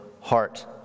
heart